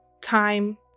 time